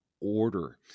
order